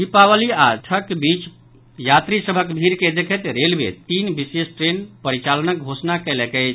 दीपावली आओर छठक बीच यात्री सभक भीड़ के देखैत रेलवे तीन विशेष ट्रेन परिचालनक घोषणा कयलक अछि